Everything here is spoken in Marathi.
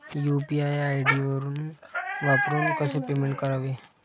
यु.पी.आय आय.डी वापरून कसे पेमेंट करावे?